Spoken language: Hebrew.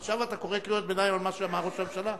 עכשיו אתה קורא קריאות ביניים על מה שאמר ראש הממשלה?